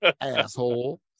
asshole